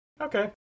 Okay